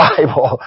Bible